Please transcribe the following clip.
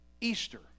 Easter